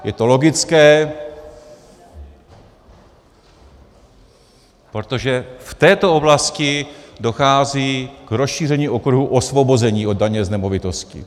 Je to logické, protože v této oblasti dochází k rozšíření okruhu osvobození od daně z nemovitosti.